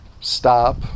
Stop